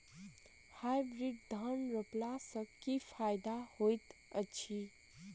Hybrid धान रोपला सँ की फायदा होइत अछि?